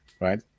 right